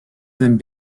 than